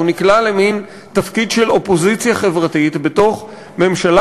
נקלע למין תפקיד של אופוזיציה חברתית בתוך ממשלה